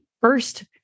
first